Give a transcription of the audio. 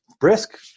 Brisk